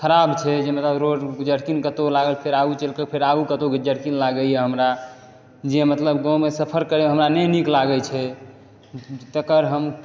खराब छै जे मतलब रोड मतलब जर्किंग कतौ लागल आगू चलि कऽ आगु फेर कतौ जर्किंग लागइया हमरा जे मतलब गाँवमे सफर करय हमरा नहि नीक लागै छै तकर हम